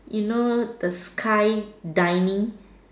you know the sky dining